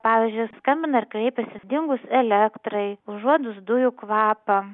pavyzdžiui skambina ir kreipiasi dingus elektrai užuodus dujų kvapą